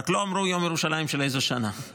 רק לא אמרו יום ירושלים של איזו שנה.